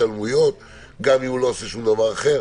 השתלמויות וגם אם הוא לא עושה שום דבר אחר.